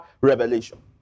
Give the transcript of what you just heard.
revelation